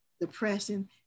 Depression